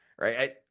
Right